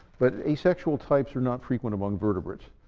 but asexual types are not frequent among vertebrates.